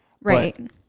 Right